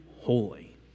holy